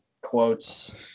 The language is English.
quotes